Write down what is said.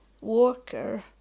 Walker